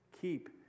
keep